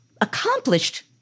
accomplished